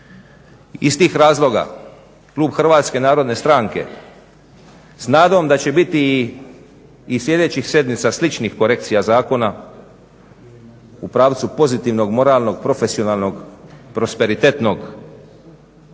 Iz tih razloga klub HNS-a s nadom da će biti i sljedećih sedmica sličnih korekcija zakona u pravcu pozitivnog moralnog, profesionalnog, prosperitetnog,